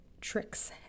tricks